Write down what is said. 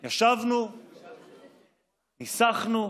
ישבנו, ניסחנו,